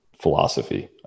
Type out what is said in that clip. philosophy